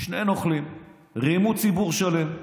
שני נוכלים רימו ציבור שלם,